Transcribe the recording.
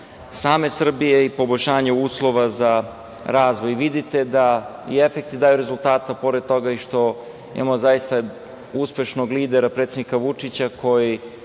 same Srbije i poboljšanju uslova za razvoj. Vidite da i efekti daju rezultate pored toga i što imamo zaista uspešnog lidera, predsednika Vučića, koji